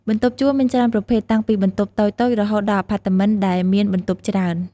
បន្ទប់ជួលមានច្រើនប្រភេទ តាំងពីបន្ទប់តូចៗរហូតដល់អាផាតមិនដែលមានបន្ទប់ច្រើន។